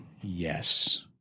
yes